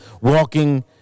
walking